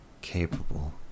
capable